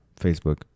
Facebook